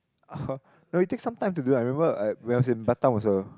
ah [huh] when we take some time to do I remember I while in Batam was a